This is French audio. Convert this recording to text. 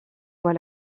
voit